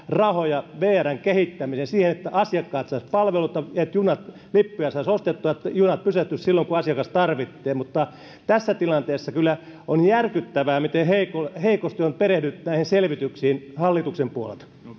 rahoja vrn kehittämiseen siihen että asiakkaat saisivat palveluita junalippuja saisi ostettua ja junat pysähtyisivät silloin kun asiakas tarvitsee mutta tässä tilanteessa kyllä on järkyttävää miten heikosti heikosti on perehdytty näihin selvityksiin hallituksen puolelta